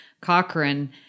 Cochrane